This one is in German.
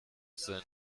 sein